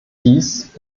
dies